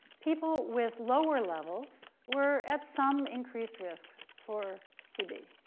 people with lower levels were at some increased risk for tb.